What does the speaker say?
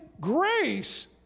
grace